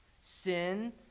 Sin